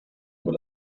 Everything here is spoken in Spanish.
con